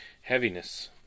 heaviness